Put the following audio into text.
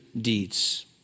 deeds